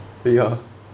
ya